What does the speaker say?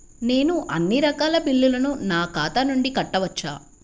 నేను అన్నీ రకాల బిల్లులను నా ఖాతా నుండి కట్టవచ్చా?